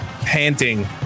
panting